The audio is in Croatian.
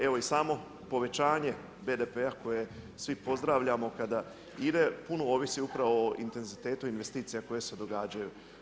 Evo i samo povećanje BDP-a koje svi pozdravljamo kada ide puno ovisi upravo o intenzitetu investicija koje se događaju.